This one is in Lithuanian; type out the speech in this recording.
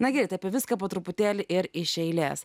nagi apie viską po truputėlį ir iš eilės